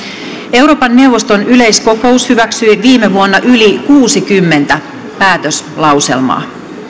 euroopan neuvoston yleiskokous hyväksyi viime vuonna yli kuusikymmentä päätöslauselmaa